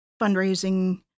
fundraising